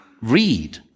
read